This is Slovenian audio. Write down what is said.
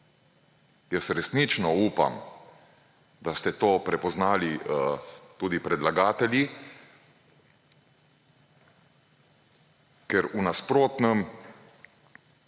Jaz resnično upam, da ste to prepoznali tudi predlagatelji, ker v nasprotnem